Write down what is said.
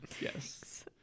Yes